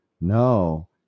no